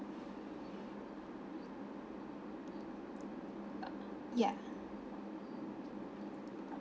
uh yeah